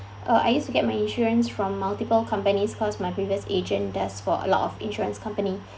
uh I used to get my insurance from multiple companies because my previous agent does for a lot of insurance company